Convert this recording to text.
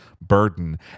burden